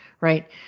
right